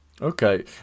okay